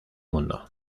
mundo